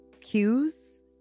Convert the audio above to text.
cues